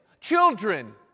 children